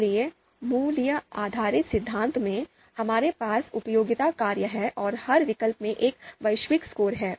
इसलिए मूल्य आधारित सिद्धांत में हमारे पास उपयोगिता कार्य हैं और हर विकल्प में एक वैश्विक स्कोर है